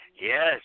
Yes